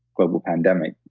global pandemic,